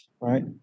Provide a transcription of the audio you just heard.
right